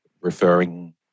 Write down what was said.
referring